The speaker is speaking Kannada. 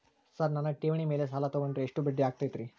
ಸರ್ ನನ್ನ ಠೇವಣಿ ಮೇಲೆ ಸಾಲ ತಗೊಂಡ್ರೆ ಎಷ್ಟು ಬಡ್ಡಿ ಆಗತೈತ್ರಿ?